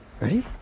Ready